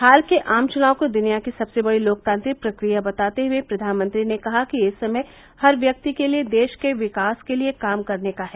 हाल के आम चुनाव को दुनिया की सबसे बड़ी लोकतांत्रिक प्रक्रिया बताते हुए प्रधानमंत्री ने कहा कि यह समय हर व्यक्ति के लिए देश के विकास के लिए काम करने का है